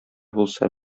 булса